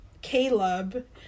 Caleb